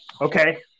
okay